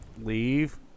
Leave